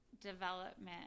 development